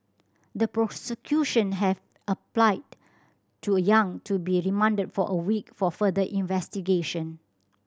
the prosecution have applied to Yang to be remanded for a week for further investigation